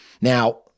Now